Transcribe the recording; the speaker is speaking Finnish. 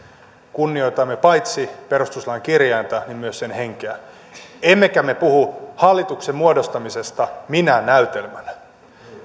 kunnioitamme paitsi perustuslain kirjainta myös sen henkeä emmekä me puhu hallituksen muodostamisesta minään näytelmänä